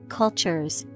cultures